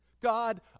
God